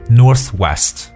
northwest 。